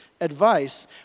advice